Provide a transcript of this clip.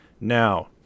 Now